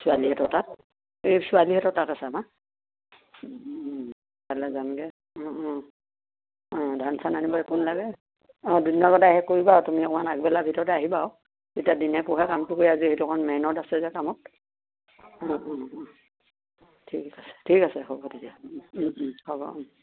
ছোৱালীহঁৰ তাত এই ছোৱালীহঁৰ তাত আছে আমাৰ তালৈ যামগৈ ধান চান আনিবলৈ একো নালাগে অঁ দুদিনৰ লগতে আহে কৰি দিবা তুমি অকণমান আগবেলাৰ ভিতৰতে আহিবা আৰু তেতিয়া দিনে পোহাৰে কামটো কৰি আজৰি সেইটো অকণ মেহমদ আছে যে কামত ঠিক আছে ঠিক আছে হ'ব তেতিয়া হ'ব